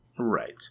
Right